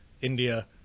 India